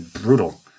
Brutal